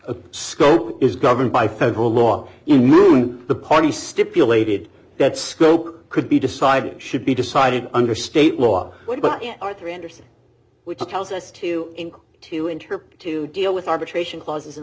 a scope is governed by federal law the party stipulated that scope could be decided should be decided under state law what about arthur andersen which tells us to incur to enter to deal with arbitration clauses in